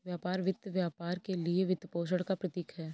व्यापार वित्त व्यापार के लिए वित्तपोषण का प्रतीक है